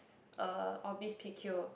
uh of this p_q